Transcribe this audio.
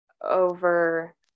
over